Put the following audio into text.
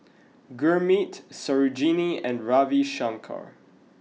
Gurmeet Sarojini and Ravi Shankar